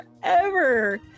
forever